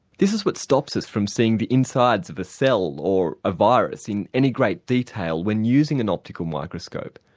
this is what stops us from seeing the insides of a cell or a virus in any great detail when using an optical microscope.